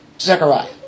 Zechariah